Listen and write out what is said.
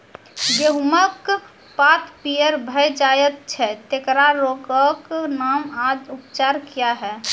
गेहूँमक पात पीअर भअ जायत छै, तेकरा रोगऽक नाम आ उपचार क्या है?